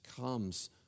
comes